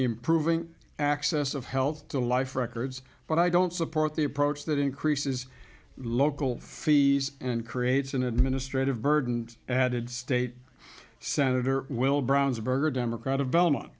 improving access of health to life records but i don't support the approach that increases local fees and creates an administrative burden added state sen well brownsburg a democrat of belmont